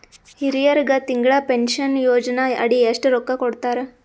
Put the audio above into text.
ಹಿರಿಯರಗ ತಿಂಗಳ ಪೀನಷನಯೋಜನ ಅಡಿ ಎಷ್ಟ ರೊಕ್ಕ ಕೊಡತಾರ?